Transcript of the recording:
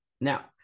Now